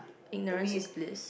ignorance with please